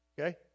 Okay